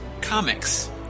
comics